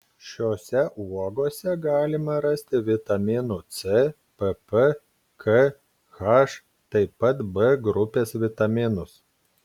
šiose uogose galima rasti vitaminų c pp k h taip pat b grupės vitaminus